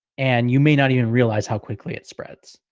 and you may not even realize how quickly it spreads.